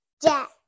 Jack